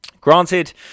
Granted